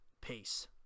Peace